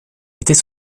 était